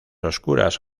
oscuras